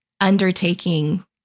undertaking